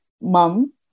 mum